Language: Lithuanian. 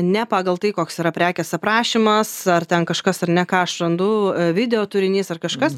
ne pagal tai koks yra prekės aprašymas ar ten kažkas ar ne ką aš randu video turinys ar kažkas